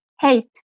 hate